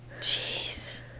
jeez